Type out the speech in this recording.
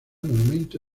monumento